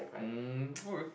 mm okay